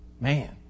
man